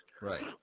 Right